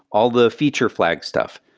all the feature flag stuff.